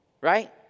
right